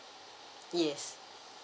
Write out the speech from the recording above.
yes